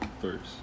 first